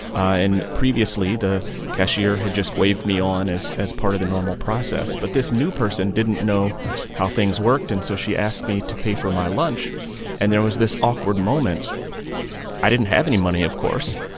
and previously, the cashier had just waved me on, as as part of the normal process. but this new person didn't know how things worked, and so she asked me to pay for my lunch and there was this awkward moment i didn't have any money, of course,